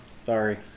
sorry